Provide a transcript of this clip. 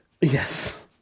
Yes